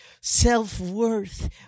self-worth